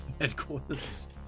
headquarters